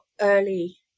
early